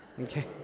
Okay